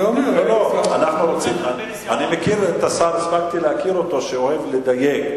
אני הספקתי להכיר את השר והוא אוהב לדייק.